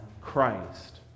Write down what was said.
Christ